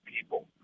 people